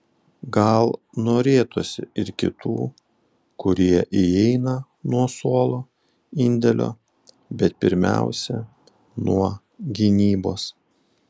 gal norėtųsi ir kitų kurie įeina nuo suolo indėlio bet pirmiausia nuo gynybos